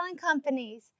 Companies